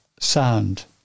Sound